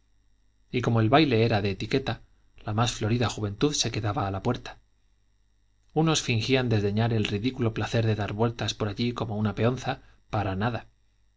y como el baile era de etiqueta la más florida juventud se quedaba a la puerta unos fingían desdeñar el ridículo placer de dar vueltas por allí como una peonza para nada